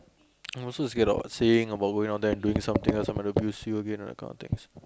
oh so it's get out saying about we down there doing something and someone abuse you again and that kind of things